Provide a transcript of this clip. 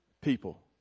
people